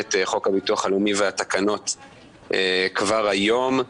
חוק הביטוח הלאומי והתקנות כבר היום.